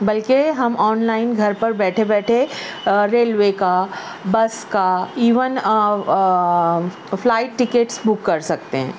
بلکہ ہم online گھر پر بیٹھے بیٹھے ریلوے کا بس کا ایون فلائٹ ٹکٹس بک کر سکتے ہیں